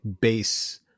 base